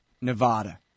Nevada